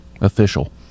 official